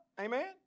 Amen